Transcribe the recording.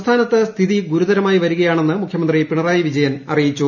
സംസ്ഥാനത്ത് സ്ഥിതി ഗുരുതരമായി വരികയാണെന്ന് മുഖ്യമന്ത്രി പിണറായി വിജയൻ അറിയിച്ചു